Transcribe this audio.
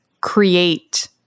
create